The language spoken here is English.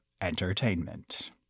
entertainment